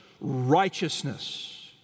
righteousness